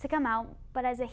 to come out but as a